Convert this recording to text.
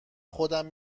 خودم